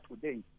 today